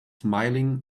smiling